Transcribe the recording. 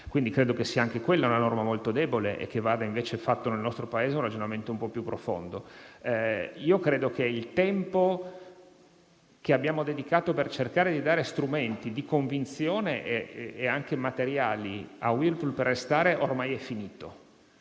Credo che sia anche quella una norma molto debole e che vada invece fatto nel nostro Paese un ragionamento un po' più profondo. Credo che il tempo che abbiamo dedicato al tentativo di dare strumenti di convinzione e anche materiali a Whirlpool per restare ormai sia finito.